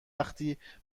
وقتی